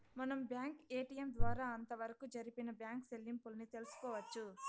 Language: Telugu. మనం బ్యాంకు ఏటిఎం ద్వారా అంతవరకు జరిపిన బ్యాంకు సెల్లింపుల్ని తెలుసుకోవచ్చు